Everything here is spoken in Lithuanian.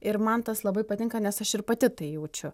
ir man tas labai patinka nes aš ir pati tai jaučiu